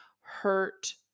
hurt